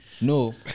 No